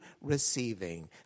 receiving